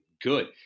good